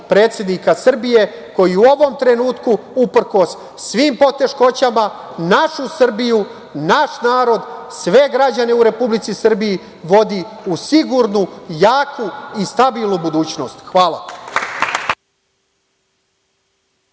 predsednika Srbije koji u ovom trenutku uprkos svim poteškoćama našu Srbiju, naš narod, sve građane u Republici Srbiji vodi u sigurnu i jaku i stabilnu budućnost. Hvala